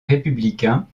républicain